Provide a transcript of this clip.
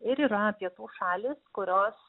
ir yra pietų šalys kurios